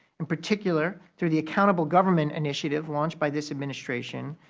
in particular, through the accountable government initiative launched by this administration,